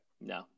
No